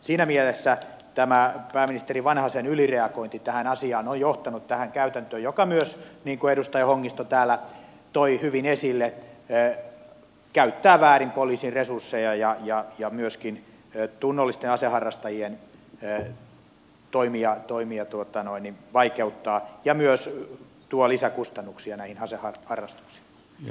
siinä mielessä tämä pääministeri vanhasen ylireagointi tähän asiaan on johtanut tähän käytäntöön joka myös niin kuin edustaja hongisto täällä toi hyvin esille käyttää väärin poliisin resursseja ja myöskin tunnollisten aseharrastajien toimia vaikeuttaa ja myös tuo lisäkustannuksia näihin aseharrastuksiin